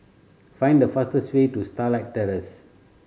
find the fastest way to Starlight Terrace